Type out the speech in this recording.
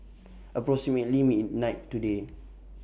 approximately midnight today